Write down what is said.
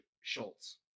Schultz